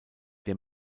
der